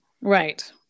Right